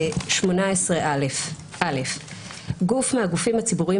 "קבלת מען דיגיטלי מגופים ציבוריים